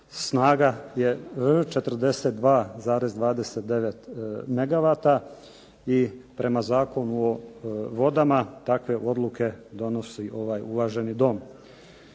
snaga je 42,29 megawata i prema Zakonu o vodama takve odluke donosi ovaj uvaženi Dom.